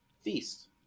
feast